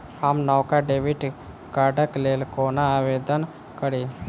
हम नवका डेबिट कार्डक लेल कोना आवेदन करी?